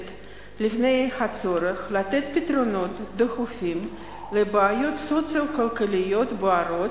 לפני הצורך לתת פתרונות דחופים לבעיות סוציו-כלכליות בוערות,